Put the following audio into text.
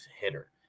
hitter